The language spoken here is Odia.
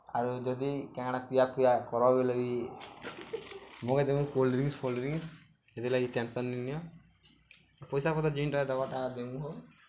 ଆରୁ ଯଦି କାଁ କାଁଟା ପିଆ ପିଆ କରବ ବଏଲେ ବି ମଗେଇ ଦେବୁ କୋଲ୍ଡ୍ ଡ୍ରିଙ୍କ୍ସ ଫୋଲ୍ ଡ୍ରିଙ୍କ୍ସ ସେଥିର୍ଲାଗି ଟେନ୍ସନ୍ ନିି ନିଅ ପଇସା ପତ୍ର ଜେନ୍ଟା ଦେବାଟା ଦେବୁ ହୋ